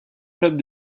clubs